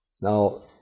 Now